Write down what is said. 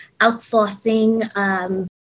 outsourcing